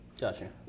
Gotcha